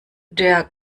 der